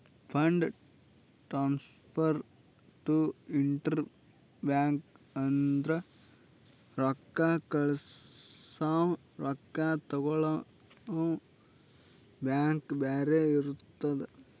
fund transfer to inter bank ಅಂದುರ್ ರೊಕ್ಕಾ ಕಳ್ಸವಾ ರೊಕ್ಕಾ ತಗೊಳವ್ ಬ್ಯಾಂಕ್ ಬ್ಯಾರೆ ಇರ್ತುದ್